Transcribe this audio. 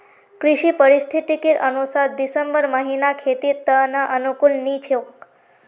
कृषि पारिस्थितिकीर अनुसार दिसंबर महीना खेतीर त न अनुकूल नी छोक